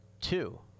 two